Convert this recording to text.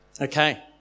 Okay